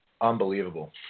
Unbelievable